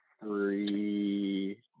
three